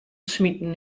smiten